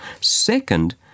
Second